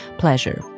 »Pleasure –